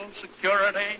security